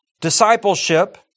discipleship